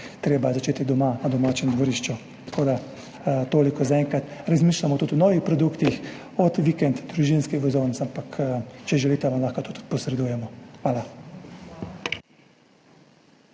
Treba je začeti doma, na domačem dvorišču. Tako da toliko zaenkrat. Razmišljamo tudi o novih produktih, vikend družinskih vozovnicah. Če želite, vam lahko tudi posredujemo. Hvala.